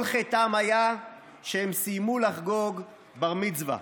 כל חטאם היה שהם סיימו לחגוג בר מצווה.